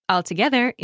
Altogether